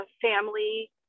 family